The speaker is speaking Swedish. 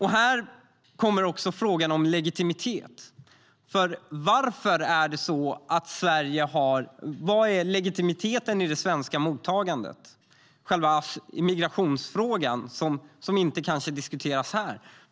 Här kommer också frågan om legitimitet in. Vad är legitimiteten i det svenska mottagandet, i själva migrationsfrågan som kanske inte diskuteras här?